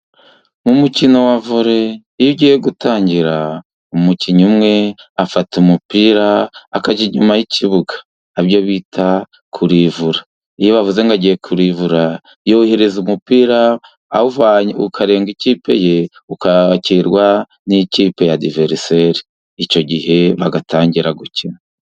Mu mukino wa vole iyo ugiye gutangira umukinnyi umwe afata umupira inyuma y'ikibuga abyo bita kurivura. Iyo bavuze ngo agiye kurivura yohereza umupira ukarenga ikipe ye ukakirwa n'ikipe ya diverisale icyo gihe bagatangira gukina.